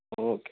okay